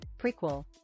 Prequel